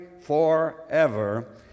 forever